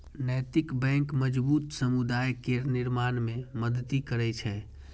नैतिक बैंक मजबूत समुदाय केर निर्माण मे मदति करै छै